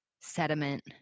sediment